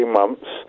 months